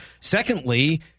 Secondly